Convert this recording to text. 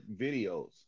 videos